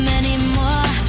anymore